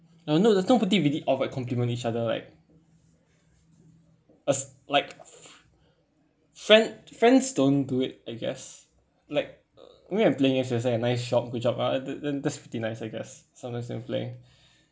no no there's nobody really outright compliment each other like us like fr~ friend friends don't do it I guess like I mean I'm playing nice shot goob job ah then that's pretty nice I guess sometimes I'm playing